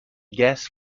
gas